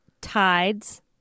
Tides